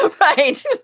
Right